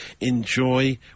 enjoy